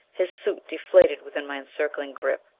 his suit deflated within my encircling grip.